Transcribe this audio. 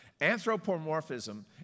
Anthropomorphism